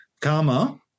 karma